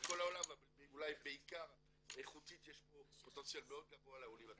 העולם אבל אולי בעיקר איכותית יש פה פוטנציאל מאוד גבוה לעולים הצרפתים.